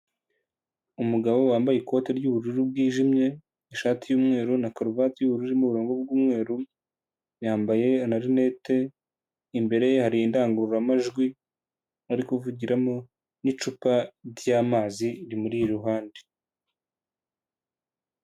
Umugabo wambaye ikote ry'ubururu bwijimye ishati y'umweru na karuvati y'ururu irimo uburongo bw'umweru yambaye amarinete imbere ye hari indangururamajwi ari kuvugiramo n'icupa ry'amazi rimuri iruhande.